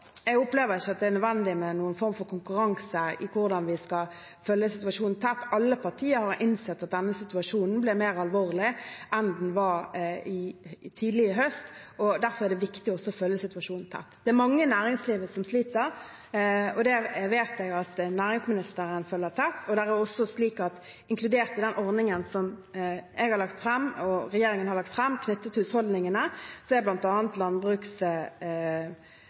Jeg opplever ikke at det er nødvendig med noen form for konkurranse i hvordan vi skal følge situasjonen tett. Alle partiene har innsett at denne situasjonen ble mer alvorlig enn den var tidlig i høst. Derfor er det viktig å følge situasjonen tett. Det er mange i næringslivet som sliter, og det vet jeg at næringsministeren følger tett. Inkludert i den ordningen som regjeringen har lagt fram knyttet til husholdningene, er